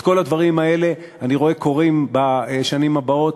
את כל הדברים האלה אני רואה קורים בשנים הבאות,